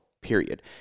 period